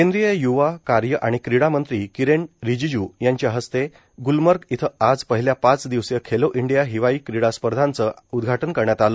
केंद्रीय य्वा कार्य आणि क्रीडा मंत्री किरेन रिजिजू यांच्या हस्ते ग्लमर्ग इथ आज पहिल्या पाच दिवसीय खेलो इंडिया हिवाळी क्रीडा स्पर्धांच उदघाटन करण्यात आलं